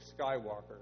Skywalker